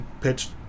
pitched